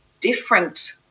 different